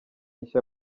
nshya